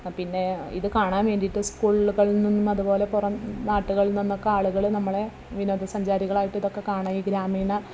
പിന്നെ ഇത് കാണാൻ വേണ്ടിയിട്ട് സ്കൂളുകളിൽ നിന്നും അതുപോലെ പുറം നാടുകളിൽ നിന്നൊക്ക ആളുകൾ നമ്മളെ വിനോദ സഞ്ചാരികളായിട്ട് ഇതൊക്ക കാണാൻ ഈ ഗ്രാമീണ